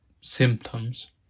symptoms